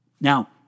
Now